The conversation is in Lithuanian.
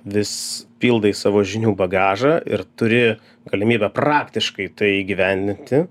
vis pildai savo žinių bagažą ir turi galimybę praktiškai tai įgyvendinti